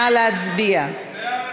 נא להצביע.